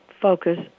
focus